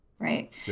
right